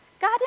God